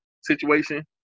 situation